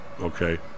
okay